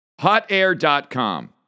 Hotair.com